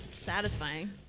satisfying